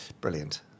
Brilliant